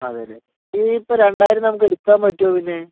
അതെയല്ലേ ഈ ഇപ്പം രണ്ടായിരം നമ്മൾക്ക് എടുക്കാൻ പറ്റുമോ പിന്നെ